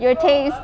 your taste